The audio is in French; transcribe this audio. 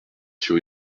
sur